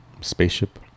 spaceship